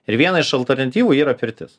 ir viena iš alternatyvų yra pirtis